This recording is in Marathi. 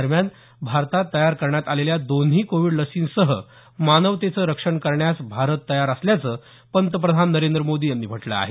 दरम्यान भारतात तयार करण्यात आलेल्या दोन्ही कोविड लसींसह मानवतेचं रक्षण करण्यास भारत तयार असल्याचं पंतप्रधान नरेंद्र मोदी यांनी म्हटलं आहे